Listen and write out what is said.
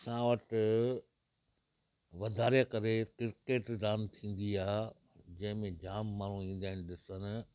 असां वटि वधारे करे क्रिकेट रांदि थींदी आहे जंहिं में जामु माण्हूं ईंदा आहिनि ॾिसणु